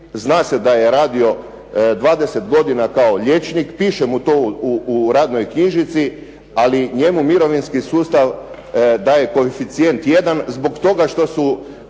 zna se da je radio 20 godina kao liječnik. Piše mu to u radnoj knjižici, ali njemu mirovinski sustav daje koeficijent 1, zbog toga što su